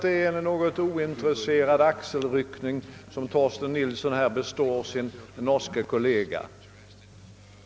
Det är en något ointresserad axelryckning herr Torsten Nilsson består sin norske kollega.